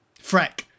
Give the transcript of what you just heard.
Freck